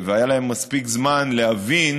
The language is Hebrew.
והיה להם מספיק זמן להבין